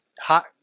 hot